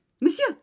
Monsieur